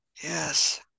yes